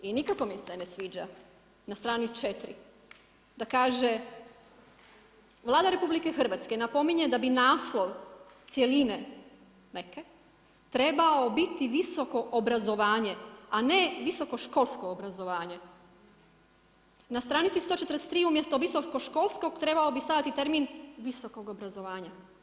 I nikako mi se ne sviđa na strani 4. da kaže: „Vlada RH napominje da bi naslov cjeline neke trebao biti visoko obrazovanje, a ne visoko školsko obrazovanje.“ Na stranici 143. umjesto „visoko školskog“ trebao bi stajati termin „visokog obrazovanja“